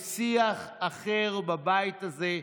לשיח אחר בבית הזה,